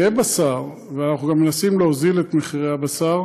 יהיה בשר, ואנחנו גם מנסים להוזיל את הבשר,